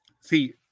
see